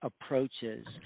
approaches